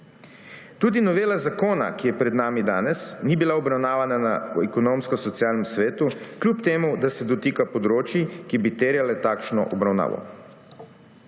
Tudi novela zakona, ki je pred nami danes, ni bila obravnavana na Ekonomsko-socialnem svetu, kljub temu da se dotika področij, ki bi terjala takšno obravnavo.